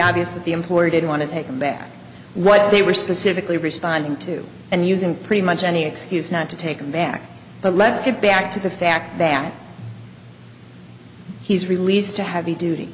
obvious that the employer did want to take back what they were specifically responding to and using pretty much any excuse not to take him back but let's get back to the fact that he's released a heavy duty